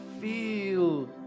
feel